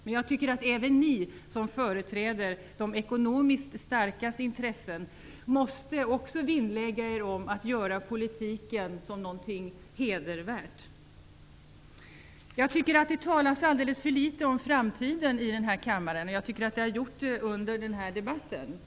Men jag tycker att även ni som företräder de ekonomiskt starkas intressen måste vinnlägga er om att göra politiken till något hedervärt. Jag tycker att det talas alldeles för litet om framtiden i den här kammaren. Jag tycker att det har varit så under den här debatten.